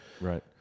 right